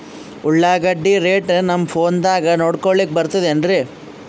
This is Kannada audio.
ಉಳ್ಳಾಗಡ್ಡಿ ರೇಟ್ ನಮ್ ಫೋನದಾಗ ನೋಡಕೊಲಿಕ ಬರತದೆನ್ರಿ?